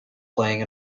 playing